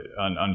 On